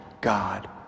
God